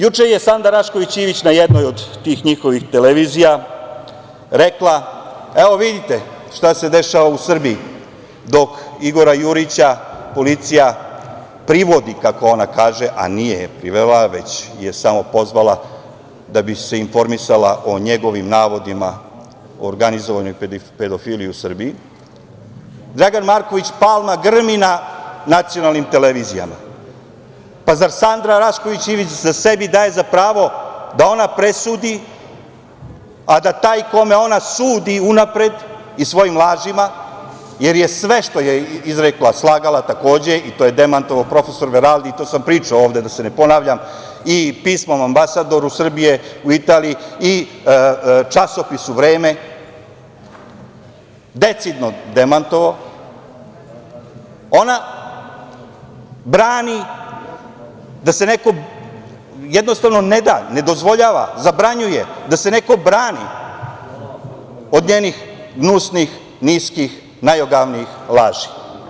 Juče je Sanda Rašković Ivić na jednoj od tih njihovih televizija rekla: " Evo, vidite šta se dešava u Srbiji dok Igora Jurića policija privodi", kako ona kaže, a nije privela, već je samo pozvala da bi se informisala o njegovim navodima organizovane pedofilije u Srbiji, "Dragan Marković Palma grmi na nacionalnim televizijama." Pa, zar Sanda Rašković Ivić sebi daje za pravo da ona presudi, a da taj kome ona sudi unapred i svojim lažima, jer je sve što je izrekla slagala, takođe, i to je demantovao profesor Veraldi, i to sam pričao ovde, da se ne ponavljam i pismom ambasadoru Srbije u Italiji i časopisu "Vreme", decidno demantovao, ona ne da, ne dozvoljava, zabranjuje da se neko brani od njenih gnusnih, niskih, najogavnijih laži.